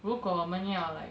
如果我们要 like